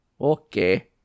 Okay